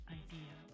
idea